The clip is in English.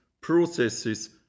processes